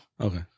Okay